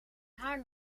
haar